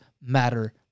matter